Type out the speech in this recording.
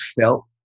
felt